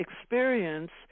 experience